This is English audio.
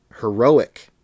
heroic